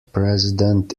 president